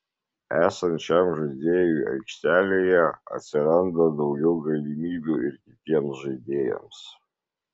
esant šiam žaidėjui aikštelėje atsiranda daugiau galimybių ir kitiems žaidėjams